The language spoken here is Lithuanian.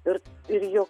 ir ir jo